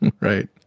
Right